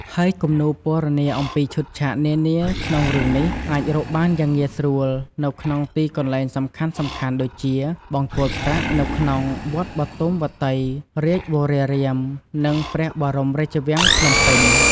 ហើយគំនូរពណ៌នាអំពីឈុតឆាកនានាក្នុងរឿងនេះ អាចរកបានយ៉ាងងាយស្រួលនៅក្នុងទីកន្លែងសំខាន់ៗដូចជា បង្គោលប្រាក់ នៅក្នុង វត្តបទុមវតីរាជវរារាម និង ព្រះបរមរាជវាំងភ្នំពេញ។